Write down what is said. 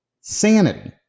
sanity